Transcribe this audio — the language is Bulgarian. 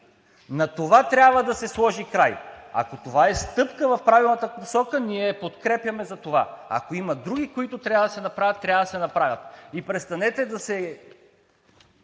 На това трябва да се сложи край! Ако това е стъпка в правилната посока, ние я подкрепяме. Ако има други, които трябва да се направят, трябва да се направят. И престанете да се